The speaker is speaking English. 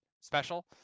special